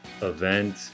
event